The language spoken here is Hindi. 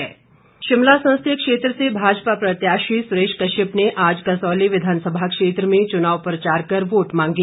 सुरेश कश्यप शिमला संसदीय क्षेत्र से भाजपा प्रत्याशी सुरेश कश्यप ने आज कसौली विधानसभा क्षेत्र में चुनाव प्रचार कर वोट मांगे